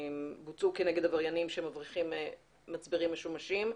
שבוצעו כנגד עבריינים שמבריחים מצברים משומשים.